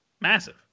Massive